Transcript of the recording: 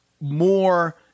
more